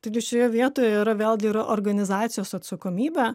taigi šioje vietoje yra vėlgi yra organizacijos atsakomybė